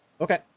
okay